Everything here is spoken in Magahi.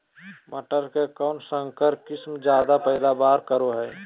मटर के कौन संकर किस्म जायदा पैदावार करो है?